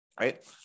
right